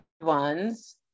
ones